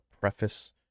preface